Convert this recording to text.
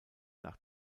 nach